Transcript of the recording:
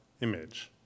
image